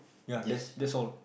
ya that's that's all